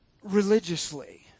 religiously